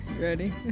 Ready